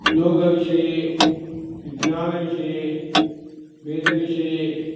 योगविषये विज्ञानविषये वेदविषये